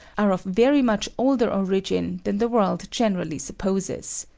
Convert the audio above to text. are of very much older origin than the world generally supposes.